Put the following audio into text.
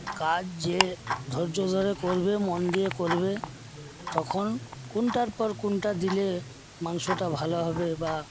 কাজ যে ধৈর্য ধরে করবে মন দিয়ে করবে তখন কোনটার পর কোনটা দিলে মাংসটা ভালো হবে বা